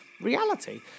reality